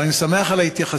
אבל אני שמח על ההתייחסות,